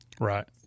Right